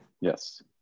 yes